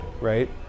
right